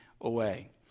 away